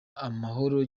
amahoro